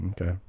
Okay